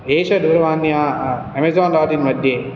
एषा दूरवाण्या Amazon dot in मध्ये